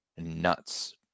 nuts